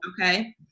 okay